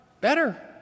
better